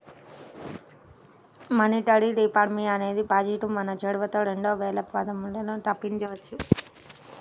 monetary reform అనేది positive money చొరవతో రెండు వేల పదమూడులో తాపించబడింది